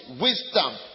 Wisdom